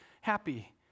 happy